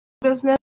business